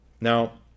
Now